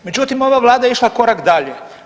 Međutim, ova Vlada je išla korak dalje.